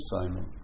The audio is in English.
assignment